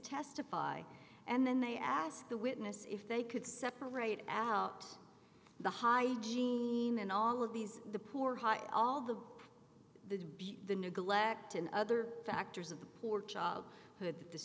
testify and then they asked the witness if they could separate out the hygiene and all of these the poor high all the the the neglect and other factors of the poor job